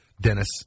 Dennis